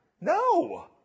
No